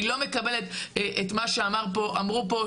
אני לא מקבלת את מה שאמרו פה,